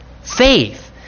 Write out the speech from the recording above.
faith